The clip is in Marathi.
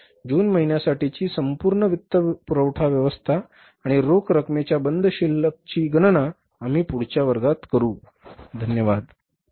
म्हणूनच जून महिन्यासाठीची संपूर्ण वित्तपुरवठा व्यवस्था आणि रोख रकमेच्या बंद शिल्लकची गणना आम्ही पुढच्या वर्गात करू धन्यवाद